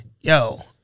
Yo